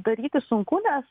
daryti sunku nes